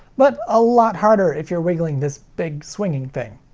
but a lot harder if you're wiggling this big swinging thing.